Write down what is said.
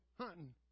hunting